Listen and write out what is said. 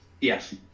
Yes